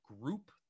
group